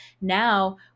Now